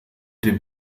dem